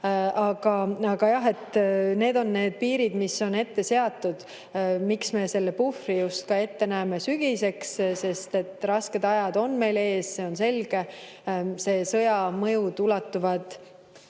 Aga jah, et need on need piirid, mis on ette seatud. Miks me selle puhvri just ka ette näeme sügiseks? Sest rasked ajad on meil ees, see on selge. Sõja mõjud ulatuvad